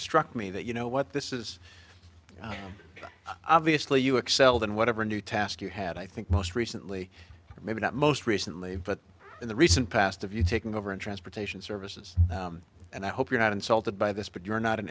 struck me that you know what this is obviously you excelled in whatever new task you had i think most recently or maybe not most recently but in the recent past of you taking over in transportation services and i hope you're not insulted by this but you're not an